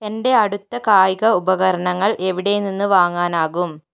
എൻ്റെ അടുത്ത് കായിക ഉപകരണങ്ങൾ എവിടെ നിന്ന് വാങ്ങാനാകും